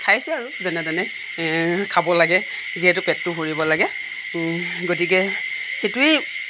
খাইছে আৰু যেনেতেনে খাব লাগে যিহেতু পেটটো ভৰিব লাগে গতিকে সেইটোৱেই